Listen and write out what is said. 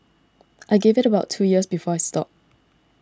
I give it about two years before I stop